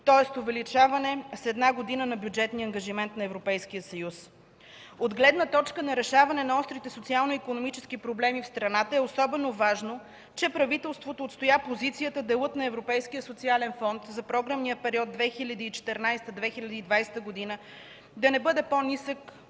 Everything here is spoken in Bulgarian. тоест увеличаване с една година на бюджетния ангажимент на Европейския съюз. От гледна точка на решаване на острите социално-икономически проблеми в страната е особено важно, че правителството отстоя позицията делът на Европейския социален фонд за програмния период 2014-2020 г. да не бъде по-нисък